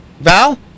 Val